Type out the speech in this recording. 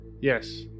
Yes